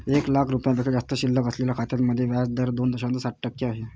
एक लाख रुपयांपेक्षा जास्त शिल्लक असलेल्या खात्यांमध्ये व्याज दर दोन दशांश सात टक्के आहे